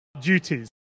duties